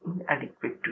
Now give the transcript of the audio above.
inadequate